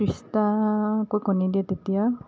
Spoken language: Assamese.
ত্ৰিছটাকৈ কণী দিয়ে তেতিয়া